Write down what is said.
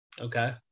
okay